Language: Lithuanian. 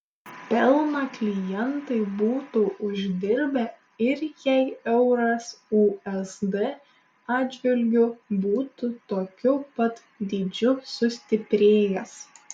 pelną klientai būtų uždirbę ir jei euras usd atžvilgiu būtų tokiu pat dydžiu sustiprėjęs